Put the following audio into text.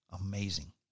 amazing